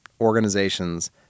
organizations